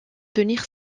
tenir